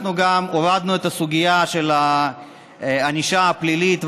אנחנו גם הורדנו את הסוגיה של הענישה הפלילית,